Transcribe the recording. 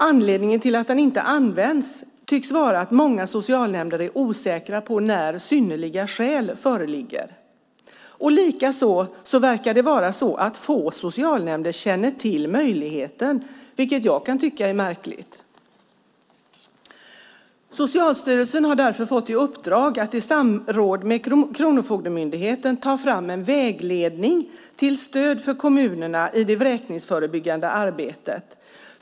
Anledningen till att den inte används tycks vara att många socialnämnder är osäkra på när synnerliga skäl föreligger. Likaså verkar det vara så att få socialnämnder känner till att möjligheten finns, vilket jag kan tycka är märkligt. Socialstyrelsen har därför fått i uppdrag att i samråd med Kronofogdemyndigheten ta fram en vägledning till stöd för kommunerna i det vräkningsförebyggande arbetet.